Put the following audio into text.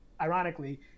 ironically